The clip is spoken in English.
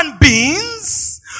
beings